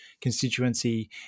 constituency